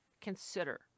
consider